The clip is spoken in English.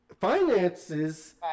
Finances